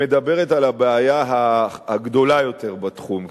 היא מדברת על הבעיה הגדולה יותר בתחום.